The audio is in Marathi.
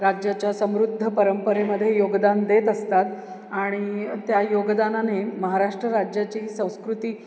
राज्याच्या समृद्ध परंपरेमध्ये योगदान देत असतात आणि त्या योगदानाने महाराष्ट्र राज्याची संस्कृती